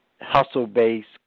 hustle-based